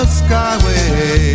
skyway